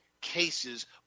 cases